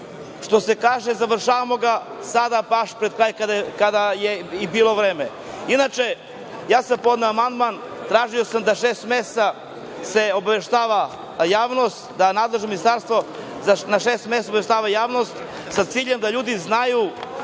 što se kaže, završavamo ga sada baš pred kraj, kada je i bilo vreme. Inače, ja sam podneo amandman, tražio sam da se na šest meseci obaveštava javnost, da nadležno ministarstvo na šest meseci obaveštava javnost, sa ciljem da ljudi znaju